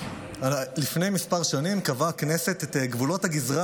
לפני כמה שנים קבעה הכנסת את גבולות הגזרה